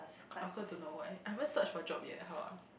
I also don't know why I haven't search for job yet how ah